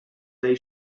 they